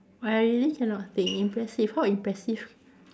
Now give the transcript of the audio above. I really cannot think impressive how impressive